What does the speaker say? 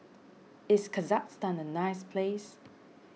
is Kazakhstan a nice place